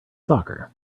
soccer